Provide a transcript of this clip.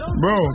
bro